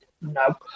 no